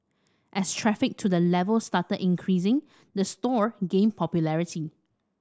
as traffic to the level started increasing the store gained popularity